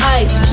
ice